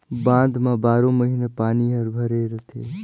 बांध म बारो महिना पानी हर भरे रथे